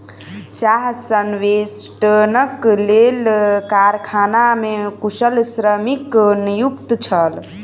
चाह संवेष्टनक लेल कारखाना मे कुशल श्रमिक नियुक्त छल